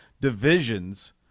divisions